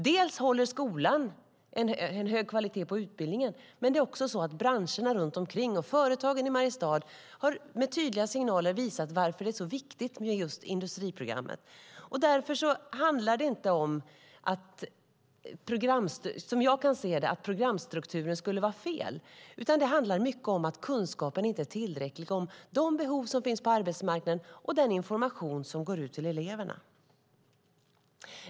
Dels håller skolan en hög kvalitet på utbildningen, dels är det så att branscherna runt omkring och företagen i Mariestad med tydliga signaler har visat varför det är så viktigt med just industriprogrammen. Därför handlar det inte om, som jag kan se det, att programstrukturen skulle vara fel, utan det handlar mycket om att kunskapen inte är tillräcklig om de behov som finns på arbetsmarknaden och den information som går ut till eleverna.